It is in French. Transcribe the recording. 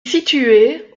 située